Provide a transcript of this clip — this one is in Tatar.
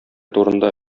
турында